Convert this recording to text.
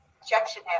Objection